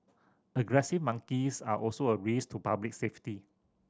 aggressive monkeys are also a risk to public safety